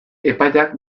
epaiak